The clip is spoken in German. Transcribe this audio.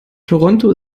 toronto